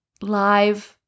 live